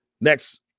Next